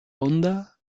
honda